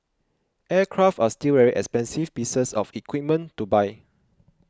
aircraft are still very expensive pieces of equipment to buy